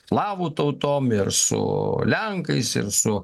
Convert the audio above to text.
slavų tautom su lenkais ir su